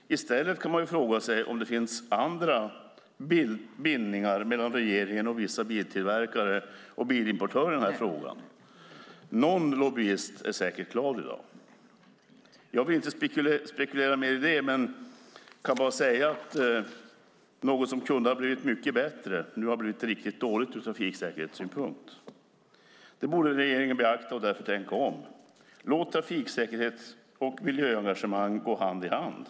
Man kan därför fråga sig om det finns andra bindningar mellan regeringen och vissa biltillverkare och bilimportörerna i fråga. Någon lobbyist är säkert glad i dag. Jag vill inte spekulera mer om det, men jag kan säga att något som kunde ha blivit mycket bättre nu blivit riktigt dåligt ur trafiksäkerhetssynpunkt. Det borde regeringen beakta och därför tänka om. Låt trafiksäkerhet och miljöengagemang gå hand i hand.